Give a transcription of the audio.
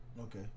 Okay